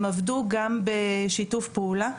הם עבדו גם בשיתוף פעולה,